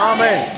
Amen